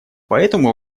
поэтому